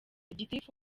gitifu